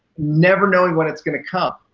never knowing when it's going to come.